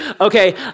okay